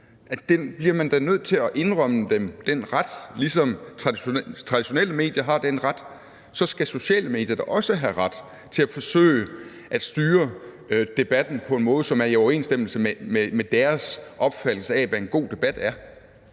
bliver man da nødt til at indrømme dem. Ligesom traditionelle medier har den ret, skal sociale medier da også have ret til at forsøge at styre debatten på en måde, som er i overensstemmelse med deres opfattelse af, hvad en god debat er.